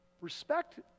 Respect